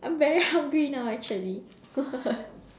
I'm very hungry now actually